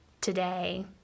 today